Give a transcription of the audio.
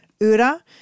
Ura